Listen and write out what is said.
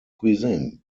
cuisine